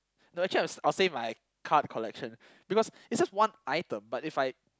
no actually I'll s~ I'll save my card collection because it's just one item but if I